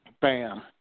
Bam